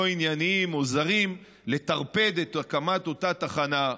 ענייניים או זרים לטרפד את הקמת אותה תחנה.